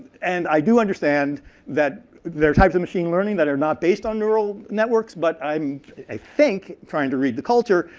and i do understand that there are types of machine learning that are not based on neural networks, but i um think, trying to read the culture,